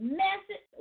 message